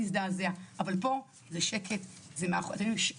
לדאוג לו זה שיעור הפסיכיאטרים במדינת ישראל.